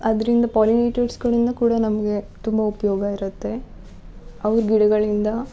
ಅದರಿಂದ ಪಾಲಿನೇಟರ್ಸ್ಗಳಿಂದ ಕೂಡ ನಮಗೆ ತುಂಬ ಉಪಯೋಗ ಇರುತ್ತೆ ಅವ್ರು ಗಿಡಗಳಿಂದ